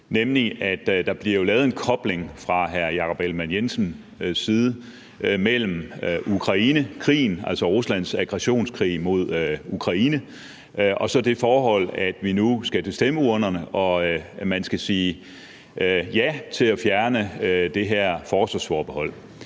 jo bliver lavet en kobling fra hr. Jakob Ellemann-Jensens side mellem Ukrainekrigen, altså Ruslands aggressionskrig mod Ukraine, og så det forhold, at vi nu skal til stemmeurnerne og man skal sige ja til at fjerne det her forsvarsforbehold.